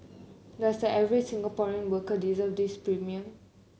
does the average Singaporean worker deserve this premium